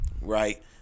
right